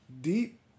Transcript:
deep